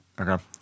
Okay